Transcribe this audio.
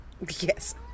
Yes